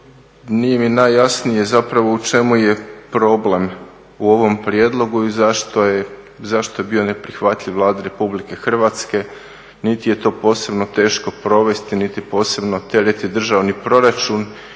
nije mi najjasnije zapravo u čemu je problem u ovom prijedlogu i zašto je, zašto je bio neprihvatljiv Vladi Republike Hrvatske niti je to posebno teško provesti, niti posebno tereti državni proračun,